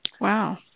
Wow